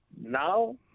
Now